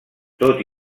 tot